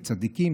בצדיקים,